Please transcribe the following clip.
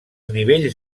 nivells